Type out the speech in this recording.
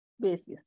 basis